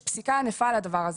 יש פסיקה ענפה על הדבר הזה.